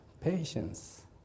patience